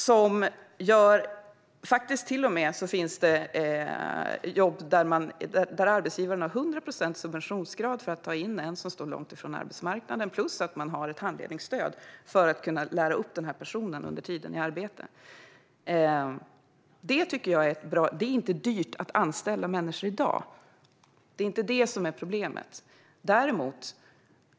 Det finns till och med jobb där arbetsgivaren har 100 procents subventionsgrad för att ta in en som står långt ifrån arbetsmarknaden plus att man har ett handledningsstöd för att kunna lära upp personen under tiden i arbete. Det är inte dyrt att anställa människor i dag. Det är inte det som är problemet.